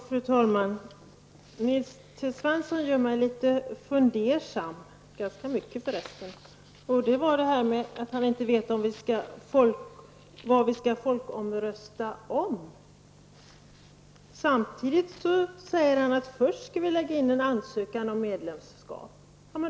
Fru talman! Nils T Svensson gör mig litet fundersam, och inte så litet heller förresten. Han sade att han inte vet vad vi skall folkrösta om och att Sverige först skall lämna in en ansökan.